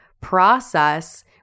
process